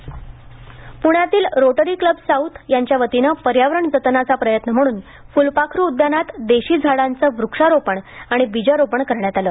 प्ण्यातील Rotary Club South यांच्यावतीनं पर्यावरण जतनाचा प्रयत्न म्हणून फ्लपाखरू उद्यानात देशी झाडांचं वक्षारोपण आणि बीजारोपण करण्यात आलं